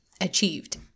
achieved